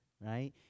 right